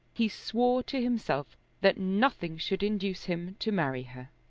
he swore to himself that nothing should induce him to marry her.